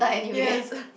yes